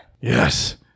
Yes